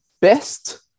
best